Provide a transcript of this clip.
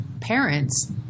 parents